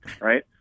right